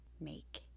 make